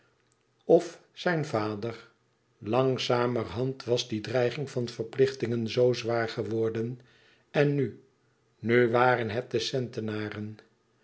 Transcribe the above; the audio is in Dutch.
of zijn vader langzamerhand was die dreiging van verplichtingen zoo zwaar geworden en nu nu waren het de centenaren